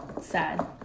sad